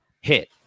hit